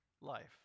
life